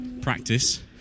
practice